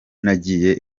nagiye